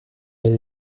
elle